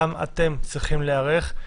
גם אתם צריכים להיערך.